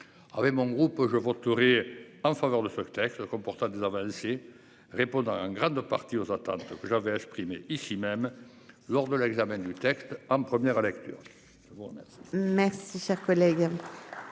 Avec mon groupe, je voterai en faveur de ce texte comportant des avancées répondent un grade de partie aux attentes que j'avais exprimée, ici même, lors de l'examen du texte en première lecture. Merci cher collègue.